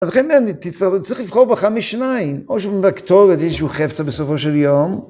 אבל לכן צריך לבחור ברכה משניים. או שתהיה איזשהו חפצה בסופו של יום.